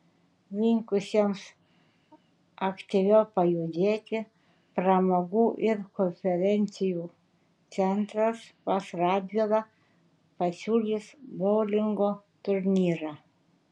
linkusiems aktyviau pajudėti pramogų ir konferencijų centras pas radvilą pasiūlys boulingo turnyrą